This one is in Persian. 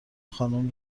خانم